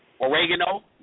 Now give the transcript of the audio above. oregano